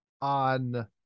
on